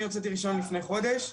אני הוצאתי רישיון לפני חודש,